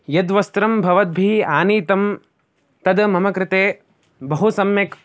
यद्वस्त्रं भवद्भिः आनीतं तद् मम कृते बहु सम्यक्